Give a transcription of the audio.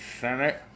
Senate